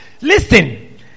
listen